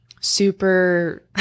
super